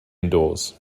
indoors